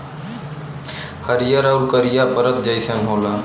हरिहर आउर करिया परत जइसन होला